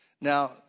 Now